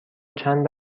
چند